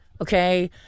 okay